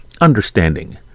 understanding